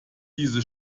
diese